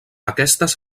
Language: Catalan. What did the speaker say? aquestes